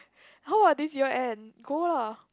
how about this year end go lah